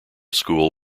school